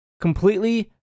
completely